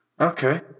okay